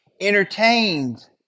entertained